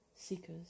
Seekers